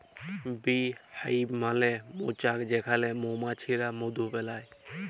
bee hive মালে মচাক যেখালে মমাছিরা মধু বেলায়